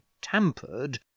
tampered